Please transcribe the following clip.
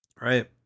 right